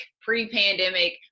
pre-pandemic